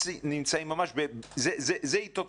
זו עת מלחמה,